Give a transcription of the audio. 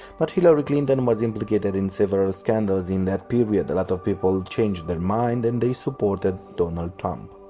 but hillary clinton was implicated in several scandals in that period, alot of people changed their mind, and they supported donald trump.